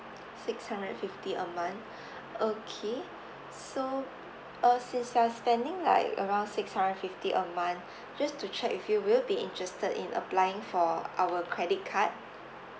six hundred fifty a month okay so uh since you are spending like around six hundred fifty a month just to check with you will you be interested in applying for our credit card